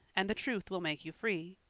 and the truth will make you free.